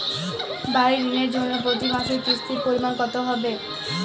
বাড়ীর ঋণের জন্য প্রতি মাসের কিস্তির পরিমাণ কত হবে?